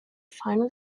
final